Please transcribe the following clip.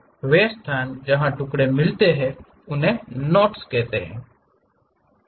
वे स्थान जहाँ टुकड़े मिलते हैं उन्हें नोट्स कहा जाता है